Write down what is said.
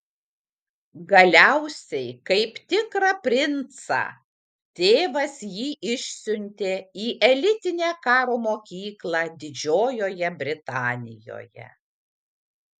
galiausiai kaip tikrą princą tėvas jį išsiuntė į elitinę karo mokyklą didžiojoje britanijoje